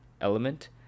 element